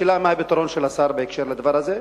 השאלה מה הפתרון של השר בקשר לדבר הזה.